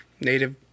native